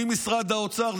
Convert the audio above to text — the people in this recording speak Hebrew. ממשרד האוצר,